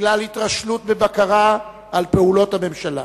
בגלל התרשלות בבקרה על פעולות הממשלה,